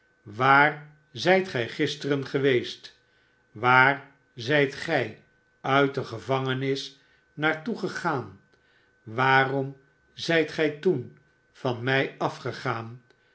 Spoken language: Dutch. waar zijt gij gisterengeweest waar zijt gij uit de gevangenis naar toe gegaanr waarom zijt gij toen van ioaij afgegaan